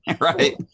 right